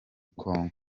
congo